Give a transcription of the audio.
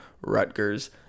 Rutgers